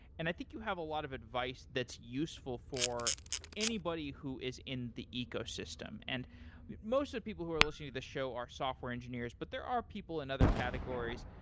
and i think you have a lot of advice that's useful for anybody who is in the ecosystem. and most of the people who are listening to the show are software engineers, but there are people in other categories.